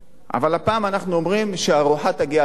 אבל הפעם אנחנו אומרים שהארוחה תגיע לזקן,